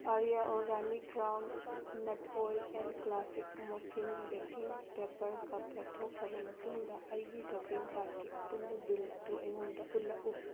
area organic brown nut oil and classic muffin baking paper cup ꯂꯧꯊꯣꯛꯈ꯭ꯔꯕ ꯃꯇꯨꯡꯗ ꯑꯩꯒꯤ shopping ꯀꯥꯔꯠꯀꯤ ꯑꯄꯨꯟꯕ ꯕꯤꯜ ꯑꯗꯨ ꯑꯩꯉꯣꯟꯗ ꯎꯠꯂꯛꯎ